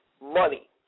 money